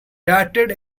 darted